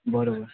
बरोबर